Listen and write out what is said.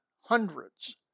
Hundreds